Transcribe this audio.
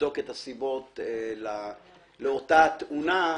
לבדוק את הסיבות לאותה תאונה,